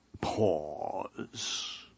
pause